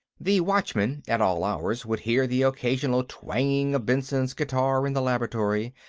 the watchmen, at all hours, would hear the occasional twanging of benson's guitar in the laboratory,